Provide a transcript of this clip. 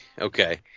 Okay